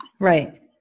right